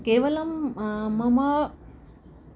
केवलं मम